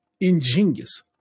ingenious